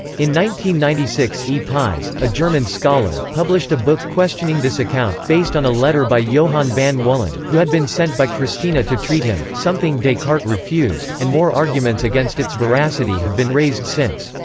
ninety ninety six e. pies, a german scholar, published a book questioning this account, based on a letter by johann van wullen, who had been sent by christina to treat him, something descartes refused, and more arguments against its veracity have been raised since.